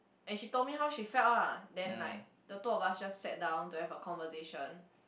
and she told me how she felt lah then like the two of us just sat down to have a conversation